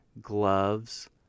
gloves